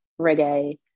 reggae